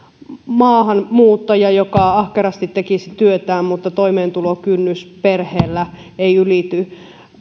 maahanmuuttaja joka ahkerasti tekisi työtään mutta toimeentulokynnys perheellä ei ylittyisi